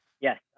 Yes